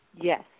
Yes